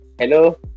Hello